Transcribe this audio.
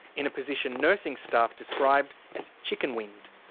in a position nursing staff described as chicken winged.